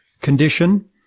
condition